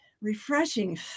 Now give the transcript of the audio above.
refreshing